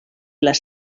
les